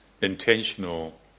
intentional